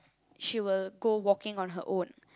she will go walking on her own